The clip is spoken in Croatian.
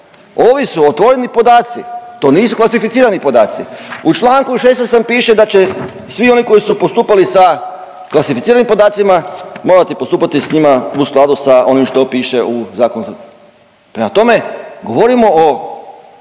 ovi su otvoreni podaci to nisu klasificirani podaci. U čl. 16. vam piše da će svi oni koji su postupali sa klasificiranim podacima morati postupati s njima u skladu sa onim što piše u zakonu. Prema tome, govorimo o